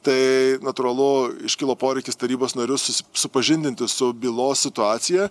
tai natūralu iškilo poreikis tarybos narius susi supažindinti su bylos situacija